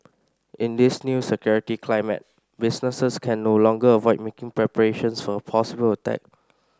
in this new security climate businesses can no longer avoid making preparations for a possible attack